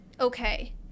okay